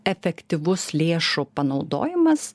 efektyvus lėšų panaudojimas